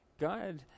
God